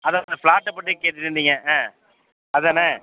அதுதான் அந்த ஃப்ளாட்டை பற்றி கேட்டுட்டுருந்தீங்க ஆ அதான்